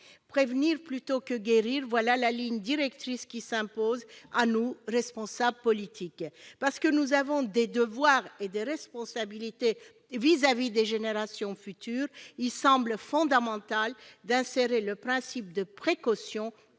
Prévenir plutôt que guérir, voilà la ligne directrice qui s'impose à nous, responsables politiques ! Nous avons des devoirs et des responsabilités vis-à-vis des générations futures. Il semble donc fondamental d'insérer le principe de précaution au